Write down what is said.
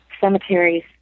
cemeteries